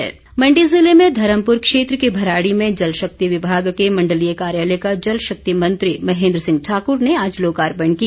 महेन्द्र सिंह मण्डी ज़िले में धर्मप्र क्षेत्र के भराड़ी में जल शक्ति विभाग के मण्डलीय कार्यालय का जल शक्ति मंत्री महेन्द्र सिंह ठाक्र ने आज लोकार्पण किया